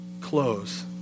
close